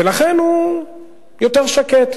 ולכן הוא יותר שקט.